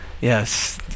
Yes